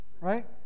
right